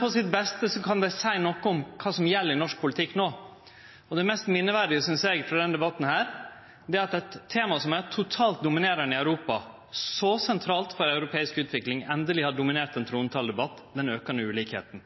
på sitt beste kan dei seie noko om kva som gjeld i norsk politikk no. Og det mest minneverdige, synest eg, frå denne debatten er at eit tema som er totalt dominerande i Europa, som er så sentralt for europeisk utvikling, endeleg har dominert ein trontaledebatt: den aukande ulikskapen.